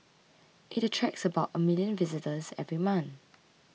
it attracts about a million visitors every month